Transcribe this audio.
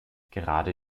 gerade